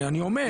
אני אומר,